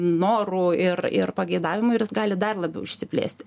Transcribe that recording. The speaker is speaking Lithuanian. norų ir ir pageidavimų ir jis gali dar labiau išsiplėsti